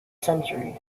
century